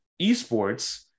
esports